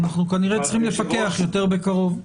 אנחנו כנראה צריכים לפקח יותר בקרוב.